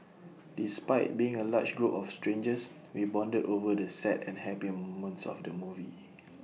despite being A large group of strangers we bonded over the sad and happy moments of the movie